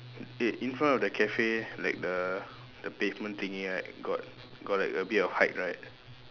eh in front of the cafe like the the pavement thingy right got got like a bit of height right